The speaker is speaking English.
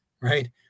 right